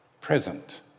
present